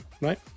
right